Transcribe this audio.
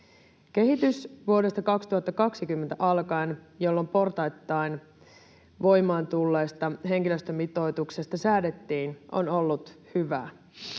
Kehitys vuodesta 2020 alkaen, jolloin portaittain voimaan tulleesta henkilöstömitoituksesta säädettiin, on ollut hyvää.